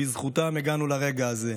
ובזכותם הגענו לרגע הזה,